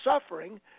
suffering